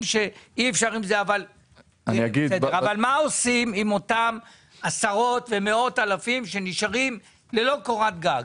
מה עושים עם אותם עשרות ומאות אלפים שנשארים ללא קורת גג?